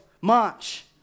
March